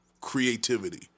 creativity